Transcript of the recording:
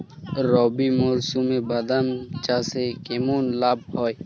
রবি মরশুমে বাদাম চাষে কেমন লাভ হয়?